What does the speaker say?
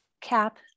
cap